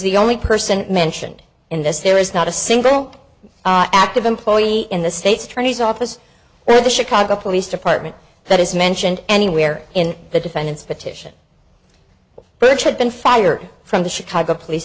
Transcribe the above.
the only person mentioned in this there is not a single active employee in the state's attorney's office or the chicago police department that is mentioned anywhere in the defendant's petition birch had been fired from the chicago police